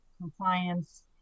compliance